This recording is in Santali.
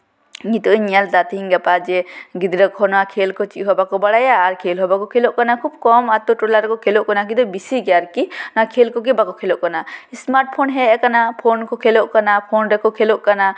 ᱱᱤᱛᱳᱜ ᱤᱧ ᱧᱮᱞᱼᱫᱟ ᱛᱤᱦᱤᱧᱼᱜᱟᱯᱟ ᱡᱮ ᱜᱤᱫᱽᱨᱟᱹ ᱠᱚᱦᱚᱸ ᱱᱚᱣᱟ ᱠᱷᱮᱹᱞ ᱠᱚ ᱪᱮᱫ ᱦᱚᱸ ᱵᱟᱠᱚ ᱵᱟᱲᱟᱭᱟ ᱟᱨ ᱠᱷᱮᱹᱞ ᱦᱚᱸ ᱵᱟᱠᱚ ᱠᱷᱮᱹᱞᱳᱜ ᱠᱟᱱᱟ ᱠᱷᱩᱵᱽ ᱠᱚᱢ ᱟᱛᱳᱼᱴᱚᱞᱟ ᱨᱮᱠᱚ ᱠᱷᱮᱹᱞᱳᱜ ᱠᱟᱱᱟ ᱟᱹᱰᱤ ᱵᱤᱥᱤ ᱜᱮ ᱟᱨᱠᱤ ᱱᱚᱣᱟ ᱠᱷᱮᱹᱞ ᱠᱚᱜᱮ ᱵᱟᱠᱚ ᱠᱷᱮᱹᱞᱳᱜ ᱠᱟᱱᱟ ᱮᱥᱢᱟᱴ ᱯᱷᱳᱱ ᱦᱮᱡ ᱟᱠᱟᱱᱟ ᱯᱷᱳᱱ ᱠᱚ ᱠᱷᱮᱹᱞᱳᱜ ᱠᱟᱱᱟ ᱯᱷᱳᱱ ᱨᱮᱠᱚ ᱠᱷᱮᱹᱞᱳᱜ ᱠᱟᱱᱟ